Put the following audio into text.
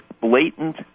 blatant